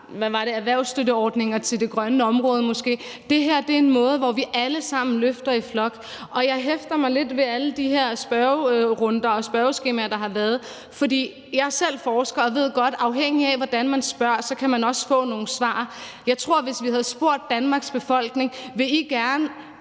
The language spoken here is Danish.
erhvervsstøtteordninger til det grønne område. Det her er en måde, hvorpå vi alle sammen løfter i flok, og jeg hæfter mig lidt ved alle de her spørgerunder og spørgeskemaer, der har været. For jeg er selv forsker og ved godt, at man, afhængigt af hvordan man spørger, også kan få nogle bestemte svar. Hvis vi havde spurgt Danmarks befolkning, om man gerne